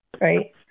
right